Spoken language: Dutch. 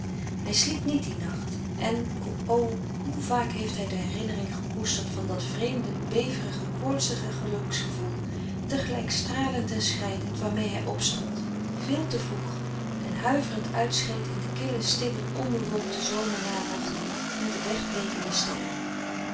hij sliep niet dien nacht en o hoe vaak heeft hij de herinnering gekoesterd van dat vreemde beverige koortsige geluksgevoel tegelijk stralend en schrijnend waarmee hij opstond veel te vroeg en huiverend uitschreed in den killen stillen onbewolkten zomer nanacht met de wegbleekende sterren